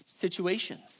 Situations